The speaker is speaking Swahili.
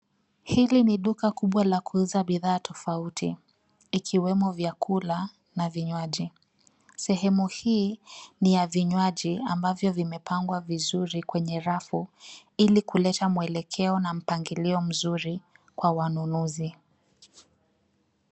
Hili ni duka kubwa la kuuza bidhaa tofauti, ikiwemo vyakula na vinywaji. Sehemu hii ni ya vinywaji ambavyo vimepangwa vizuri kwenye rafu ili kuleta mwelekeo na mpangilio mzuri kwa wanunuzi.